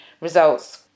results